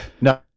no